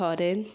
foreign